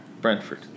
Brentford